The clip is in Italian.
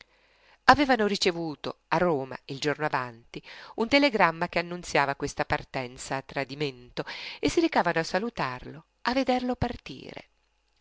avevano ricevuto a roma il giorno avanti un telegramma che annunziava questa partenza a tradimento e si recavano a salutarlo a vederlo partire